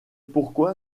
pourquoi